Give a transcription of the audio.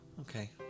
Okay